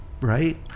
Right